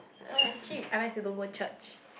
oh ya actually I like to don't go church